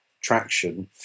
traction